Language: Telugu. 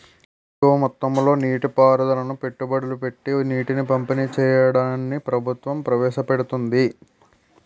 ఎక్కువ మొత్తంలో నీటి పారుదలను పెట్టుబడులు పెట్టీ నీటిని పంపిణీ చెయ్యడాన్ని ప్రభుత్వం ప్రవేశపెడుతోంది